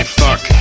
fuck